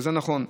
וזה נכון.